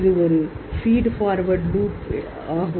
இது ஒரு feed forward loop ஆகும்